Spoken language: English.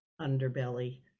underbelly